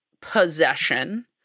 possession